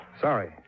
Sorry